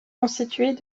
constituée